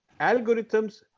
algorithms